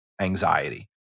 anxiety